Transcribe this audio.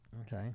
okay